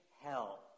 hell